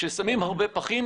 כששמים הרבה פחים,